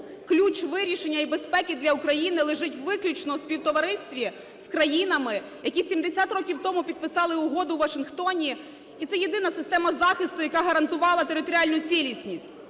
ключ вирішення і безпеки для України лежить виключно у співтоваристві з країнами, які 70 років тому підписали угоду у Вашингтоні, і це єдина система захисту, яка гарантувала територіальну цілісність?